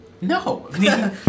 No